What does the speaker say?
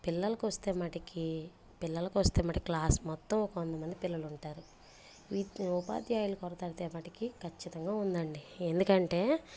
పిల్లలకి వస్తే మటికి పిల్లలకి వస్తే మటికి క్లాస్ మొత్తం కొంతమంది పిల్లలు ఉంటారు వి ఉపాధ్యాయుల కొరతైతే మటికీ ఖచ్చితంగా ఉందండి ఎందుకంటే